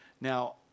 Now